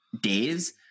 days